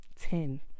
Ten